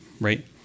right